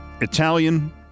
Italian